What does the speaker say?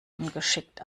ungeschickt